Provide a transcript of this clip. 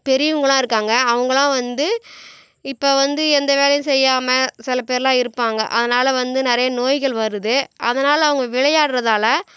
பெரியவங்களாம் இருக்காங்க அவங்களாம் வந்து இப்போ வந்து எந்த வேலையும் செய்யாமல் சில பேருல்லாம் இருப்பாங்க அதனால் வந்து நிறைய நோய்கள் வருது அதனால் அவங்க விளையாடுகிறதால